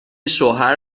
شوهر